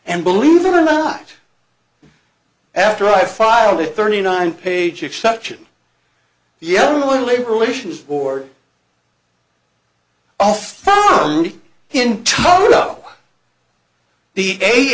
and believe it or not after i filed a thirty nine page exception yeah labor relations board off in toto the a